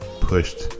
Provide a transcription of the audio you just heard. pushed